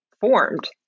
formed